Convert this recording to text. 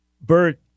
Bert